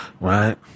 right